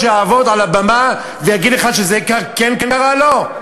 שיעמוד על הבמה ויגיד לך שזה כן קרה לו?